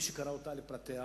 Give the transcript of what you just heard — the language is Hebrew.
למי שקרא אותה לפרטיה,